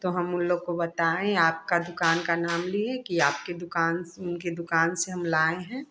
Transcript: तो हम उन लोगों को बताएँ आपका दुकान का नाम लिए कि आपके दुकान से इनके दुकान से हम लाएँ हैं